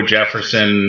Jefferson